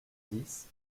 dix